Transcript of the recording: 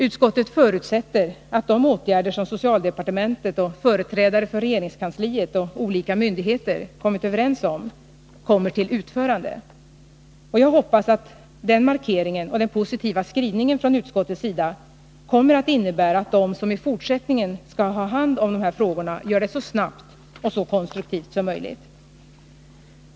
Utskottet förutsätter att de åtgärder som socialdepartementet samt företrädare för regeringskansliet och olika myndigheter blivit överens om kommer till utförande. Och jag hoppas att den markeringen och den positiva skrivningen från utskottets sida kommer att innebära att de som i fortsättningen skall ha hand om de här frågorna agerar så snabbt och så konstruktivt som möjligt.